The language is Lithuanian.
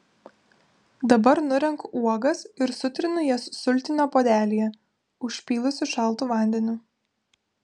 dabar nurenku uogas ir sutrinu jas sultinio puodelyje užpylusi šaltu vandeniu